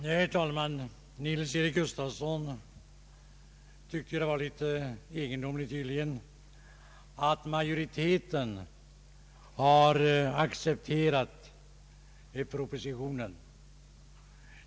Herr talman! Herr Nils-Eric Gustafsson ansåg tydligen att det var litet egendomligt att utskottsmajoriteten accepterat propositionen.